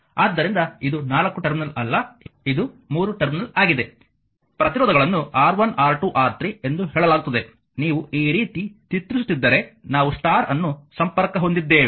ಆದ್ದರಿಂದ ಇದು 4 ಟರ್ಮಿನಲ್ ಅಲ್ಲ ಇದು 3 ಟರ್ಮಿನಲ್ ಆಗಿದೆ ಪ್ರತಿರೋಧಗಳನ್ನು R1R2 R3 ಎಂದು ಹೇಳಲಾಗುತ್ತದೆ ನೀವು ಈ ರೀತಿ ಚಿತ್ರಿಸುತ್ತಿದ್ದರೆ ನಾವು ಸ್ಟಾರ್ ಅನ್ನು ಸಂಪರ್ಕ ಹೊಂದಿದ್ದೇವೆ